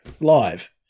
live